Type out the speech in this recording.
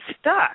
stuck